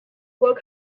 were